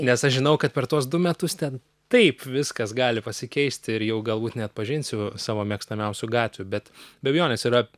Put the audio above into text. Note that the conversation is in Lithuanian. nes aš žinau kad per tuos du metus ten taip viskas gali pasikeisti ir jau galbūt neatpažinsiu savo mėgstamiausių gatvių bet be abejonės yra